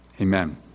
Amen